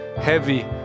heavy